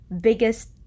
biggest